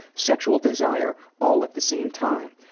sexual desire all at the same time.